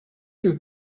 you